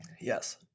Yes